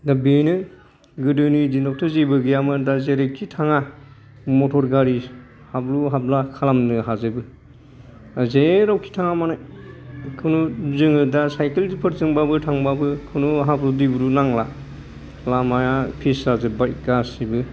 दा बेनो गोदोनि दिनावथ' जेबो गैयामोन दा जेरैखि थाङा मटर गारि हाबलु हाबला खालामनो हाजोबो जेरावखि थाङा मानो खुनु जोङो दा साइकेलफोरजोंबाबो थांबाबो खुनु हाब्रु दैब्रु नांला लामाया फिस जाजोब्बाय गासिबो